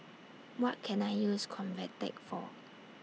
What Can I use Convatec For